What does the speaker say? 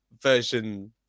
version